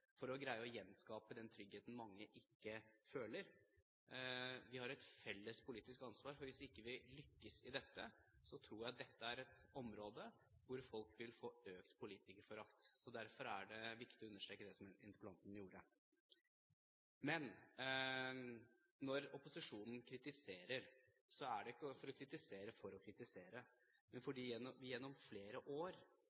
for å greie å gjenskape den tryggheten mange ikke føler. Vi har et felles politisk ansvar, for hvis vi ikke lykkes i dette, tror jeg dette er et område hvor folk vil få økt politikerforakt. Derfor er det viktig å understreke det som interpellanten gjorde. Men når opposisjonen kritiserer, er det ikke for å kritisere vi kritiserer, men